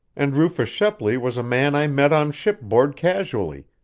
and rufus shepley was a man i met on shipboard casually,